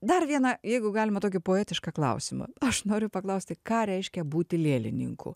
dar vieną jeigu galima tokį poetišką klausimą aš noriu paklausti ką reiškia būti lėlininku